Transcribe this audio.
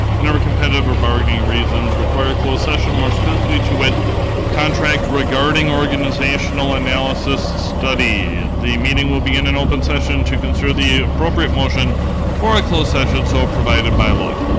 whenever competitive or bargaining reasons require a closed session, more specifically, to wit contract regarding organizational analysis study. the meeting will begin in open session to consider the appropriate motion for a closed session so provided by law.